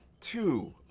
two